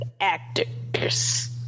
actors